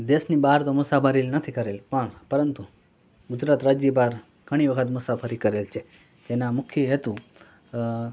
દેશની બહાર તો મુસાફરી નથી કરેલી પણ પરંતુ ગુજરાતી રાજ્ય બહાર ઘણી વખત મુસાફરી કરેલી છે જેના મુખ્ય હેતુ અં